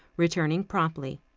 returning promptly.